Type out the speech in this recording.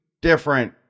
different